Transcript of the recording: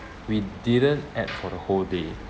we didn't ate for the whole day